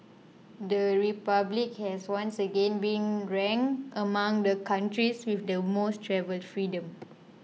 the Republic has once again been ranked among the countries with the most travel freedom